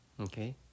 Okay